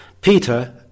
Peter